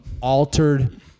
altered